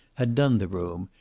had done the room,